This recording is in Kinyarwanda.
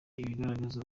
ibigaragaza